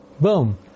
boom